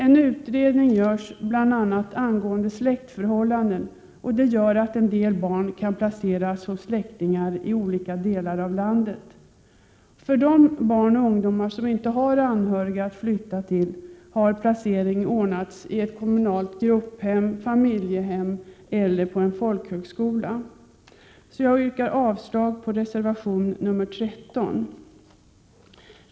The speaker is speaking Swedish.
En utredning görs bl.a. angående släktförhållanden. En del barn kan komma att placeras hos släktingar i olika delar av landet. För de barn och ungdomar som inte har anhöriga att flytta till har placering ordnats i ett kommunalt grupphem, familjehem eller på en folkhögskola. Jag yrkar avslag på reservation nr 13.